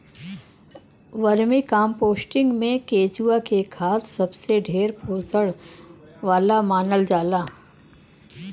vermicomposting में केचुआ के खाद सबसे ढेर पोषण वाला मानल जाला